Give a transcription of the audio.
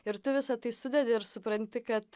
ir tu visa tai sudedi ir supranti kad